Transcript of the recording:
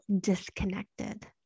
disconnected